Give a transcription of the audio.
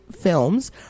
films